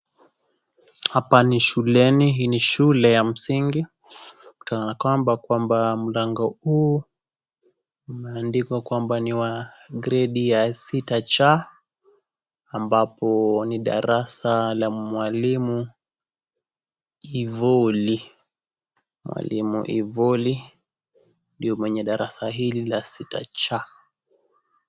Hapa ni shuleni hii ni shule ya msingi tunaona kwamba kwamba mlango huu umeandikwa kwamba ni wa gredi ya sita ch ambapo ni darasa la mwalimu Ivoli , mwalimu Ivoli ndio mwenye darasa hili la sita ch.